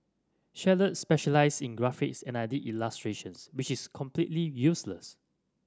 Charlotte specialised in graphics and I did illustrations which is completely useless